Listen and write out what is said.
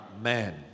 amen